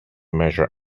measure